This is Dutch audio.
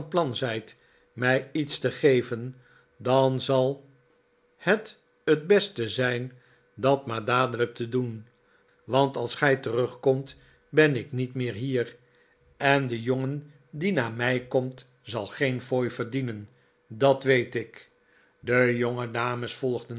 plan zijt mij iets te geven dan zal net r t beste zijn dat maar dadelijk te doen want als gij terugkomt ben ik met meer hier en de jongen die na mij komt zal geen fooi verdienen dat weet ik de jongedames